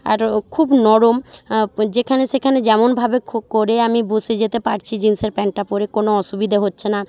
আরও খুব নরম যেখানে সেখানে যেমনভাবে খু করে আমি বসে যেতে পারছি জিনসের প্যান্টটা পরে কোনো অসুবিধে হচ্ছে না